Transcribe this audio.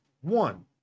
one